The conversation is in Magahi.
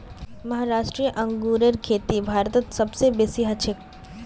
महाराष्ट्र अंगूरेर खेती भारतत सब स बेसी हछेक